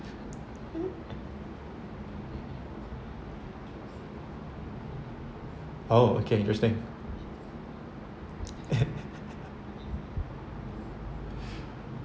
oh okay interesting